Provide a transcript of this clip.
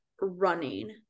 running